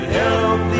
help